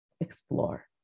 explore